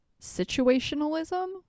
situationalism